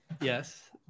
Yes